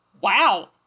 Wow